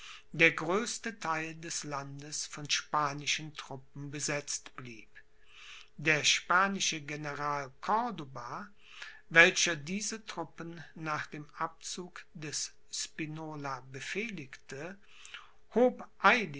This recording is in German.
der größte theil des landes von spanischen truppen besetzt blieb der spanische general corduba welcher diese truppen nach dem abzug des spinola befehligte